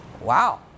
Wow